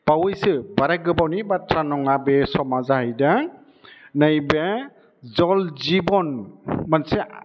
बावैसो बारा गोबावनि बाथ्रा नङा बे समा जाहैदों नैबे जल जिबन मोनसे आ